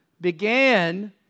began